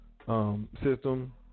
system